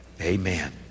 amen